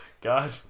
god